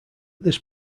this